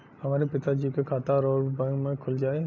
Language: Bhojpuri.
हमरे पिता जी के खाता राउर बैंक में खुल जाई?